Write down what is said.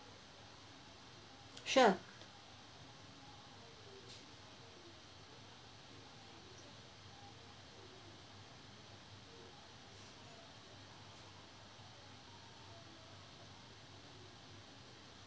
sure